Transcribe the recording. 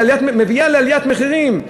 מביא לעליית מחירים,